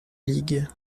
ligue